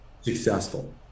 successful